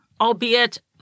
albeit